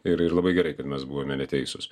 ir ir labai gerai kad mes buvome neteisūs